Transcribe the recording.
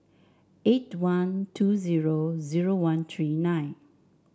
eight one two zero zero one three nine